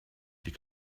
die